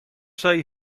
say